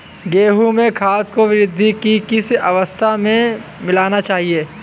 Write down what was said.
गेहूँ में खाद को वृद्धि की किस अवस्था में मिलाना चाहिए?